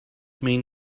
mean